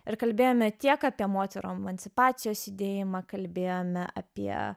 ir kalbėjome tiek apie moterų emancipacijos judėjimą kalbėjome apie